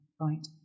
right